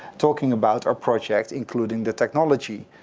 talking about our project, including the technology.